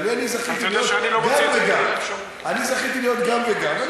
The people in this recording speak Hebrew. אני זכיתי להיות גם וגם, אני זכיתי להיות גם וגם.